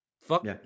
Fuck